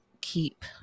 keep